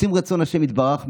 עושים רצון השם יתברך,